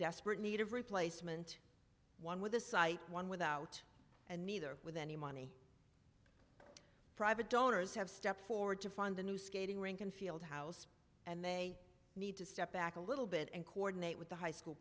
desperate need of replacement one with the site one without and neither with any money private donors have stepped forward to fund a new skating rink and field house and they need to step back a little bit and coordinate with the high school